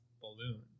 balloon